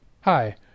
Hi